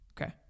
Okay